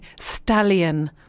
Stallion